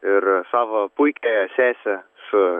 ir savo puikiąją sesę su